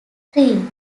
three